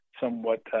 somewhat